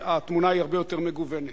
והתמונה הרבה יותר מגוונת.